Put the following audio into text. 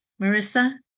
Marissa